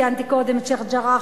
ציינתי קודם את שיח'-ג'ראח,